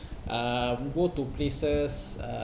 um go to places uh